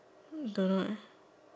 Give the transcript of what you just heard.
don't know leh